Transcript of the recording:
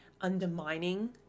undermining